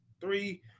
three